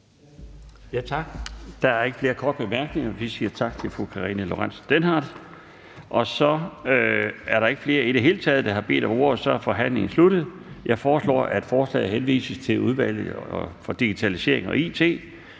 Tak. Der er ikke flere korte bemærkninger. Vi siger tak til fru Karina Lorentzen Dehnhardt. Der er i det hele taget ikke flere, der har bedt om ordet, så forhandlingen er sluttet. Jeg foreslår, at forslaget henvises til Udvalget for Digitalisering og It.